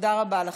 תודה רבה לכם.